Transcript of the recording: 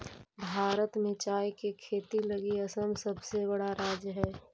भारत में चाय के खेती लगी असम सबसे बड़ा राज्य हइ